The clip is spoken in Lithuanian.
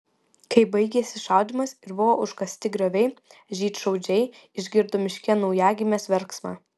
kai baigėsi šaudymas ir buvo užkasti grioviai žydšaudžiai išgirdo miške naujagimės verksmą